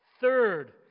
Third